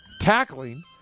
tackling